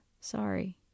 Sorry